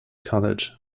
college